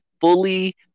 fully